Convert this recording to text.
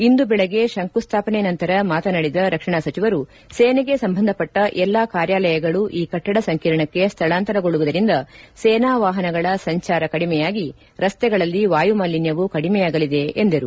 ಇಂದು ಬೆಳಗ್ಗೆ ಶಂಕುಸ್ದಾಪನೆ ನಂತರ ಮಾತನಾದಿದ ರಕ್ಷಣಾ ಸಚಿವರು ಸೇನೆಗೆ ಸಂಬಂಧಪಟ್ಟ ಎಲ್ಲಾ ಕಾರ್ಯಾಲಯಗಳೂ ಈ ಕಟ್ಟದ ಸಂಕೀರ್ಣಕ್ಕೆ ಸ್ಥಳಾಂತರಗೊಳ್ಳುವುದರಿಂದ ಸೇನಾ ವಾಹನಗಳ ಸಂಚಾರ ಕಡಿಮೆಯಾಗಿ ರಸ್ತೆಗಳಲ್ಲಿ ವಾಯುಮಾಲಿನ್ಯವೂ ಕಡಿಮೆಯಾಗಲಿದೆ ಎಂದರು